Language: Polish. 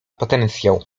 potencjał